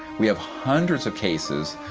we have hundreds of cases,